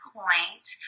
point